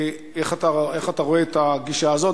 איך אתה רואה את הגישה הזאת?